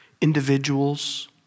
Individuals